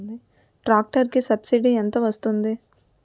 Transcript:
Tractor కి subsidy ఎంత వస్తుంది?